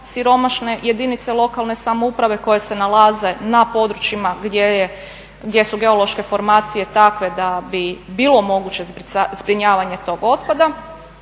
siromašne jedinice lokalne samouprave koje se nalaze na područjima gdje su geološke formacije takve da bi bilo moguće zbrinjavanje tog otpada,